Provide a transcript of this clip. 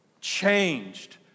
changed